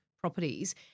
properties